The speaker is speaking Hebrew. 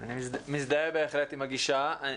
אני מזדהה בהחלט עם הגישה.